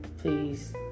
Please